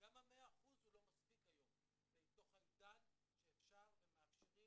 גם המאה אחוז לא מספיק היום בתוך העידן שאפשר ומאפשרים